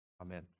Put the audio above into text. amen